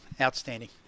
Outstanding